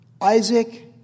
Isaac